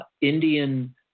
Indian